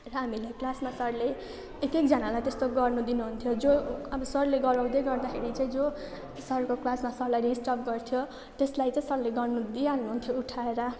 र हामीलाई क्लासमा सरले एक एकजनालाई त्यस्तो गर्नु दिनुहुन्थ्यो जो अब सरले गराउँदै गर्दाखेरि चाहिँ जो सरको क्लासमा सरलाई डिस्टर्ब गर्थ्यौँ त्यसलाई चाहिँ सरले गर्न दिइहाल्नु हुन्थ्यो उठाएर